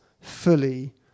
fully